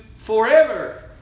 forever